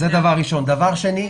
שנית,